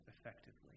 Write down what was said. effectively